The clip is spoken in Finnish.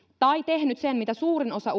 tai tehnyt sen mitä suurin osa